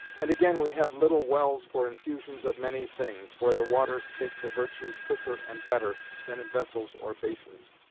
and again we have little wells for infusions of many things, where the waters take the virtue quicker and better, than in vessels or basins.